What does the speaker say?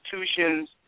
institutions